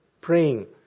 praying